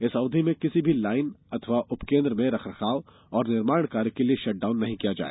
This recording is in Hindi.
इस अवधि में किसी भी लाइन अथवा उप केन्द्र में रख रखाव और निर्माण कार्य के लिए शटडाउन नहीं किया जाए